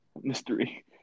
mystery